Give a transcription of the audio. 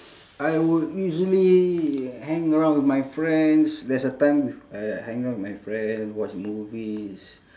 I would usually hang around with my friends there's a time with uh hang around with my friend watch movies